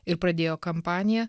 ir pradėjo kampaniją